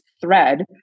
thread